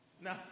Now